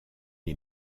est